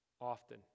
Often